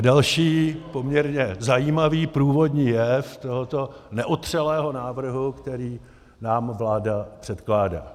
Další poměrně zajímavý průvodní jev tohoto neotřelého návrhu, který nám vláda předkládá.